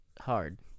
hard